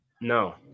No